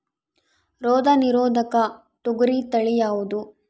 ರೋಗ ನಿರೋಧಕ ತೊಗರಿ ತಳಿ ಯಾವುದು?